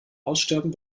aussterben